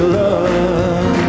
love